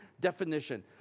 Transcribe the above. definition